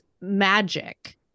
magic